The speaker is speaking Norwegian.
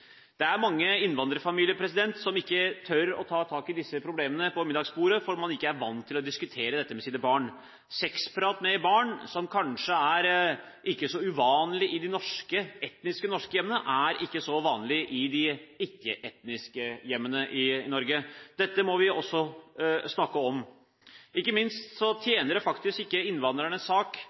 Det er mange innvandrerfamilier som ikke tør å ta tak i disse problemene ved middagsbordet, fordi man ikke er vant til å diskutere dette med sine barn. Sexprat med barn, som kanskje ikke er så uvanlig i de etnisk norske hjemmene, er ikke så vanlig i de ikkeetnisk norske hjemmene i Norge. Dette må vi også snakke om. Ikke minst tjener det faktisk ikke innvandrernes sak